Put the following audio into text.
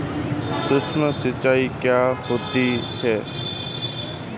सुक्ष्म सिंचाई क्या होती है?